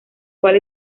cual